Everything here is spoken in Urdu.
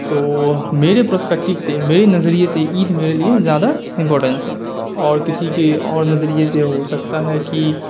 تو میرے پروسپکٹیو سے میرے نظریے سے عید میرے لیے زیادہ امپارٹنس ہے اور کسی کے اور نظریے سے ہو سکتا ہے کہ